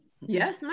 Yes